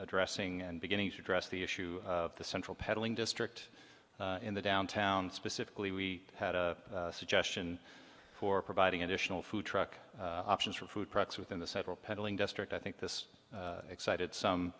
addressing and beginning to address the issue of the central peddling district in the downtown specifically we had a suggestion for providing additional food truck options for food products within the several petaling district i think this excited some